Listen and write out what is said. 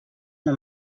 una